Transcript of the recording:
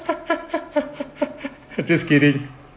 I just kidding